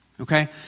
okay